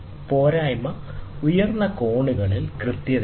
പോരായ്മ ഉയർന്ന കോണിൽ കൃത്യതയില്ല